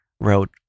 wrote